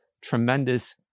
tremendous